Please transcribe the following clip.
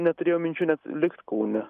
neturėjau minčių net likt kaune